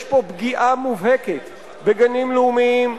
יש פה פגיעה מובהקת בגנים לאומיים,